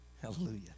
Hallelujah